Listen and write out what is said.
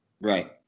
Right